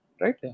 right